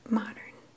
modern